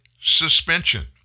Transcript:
suspension